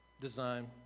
design